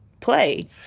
play